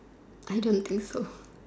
I don't think so